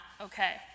okay